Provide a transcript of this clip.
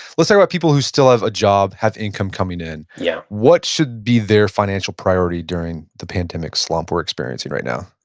let's talk ah about people who still have a job, have income coming in. yeah what should be their financial priority during the pandemic slump we're experiencing right now?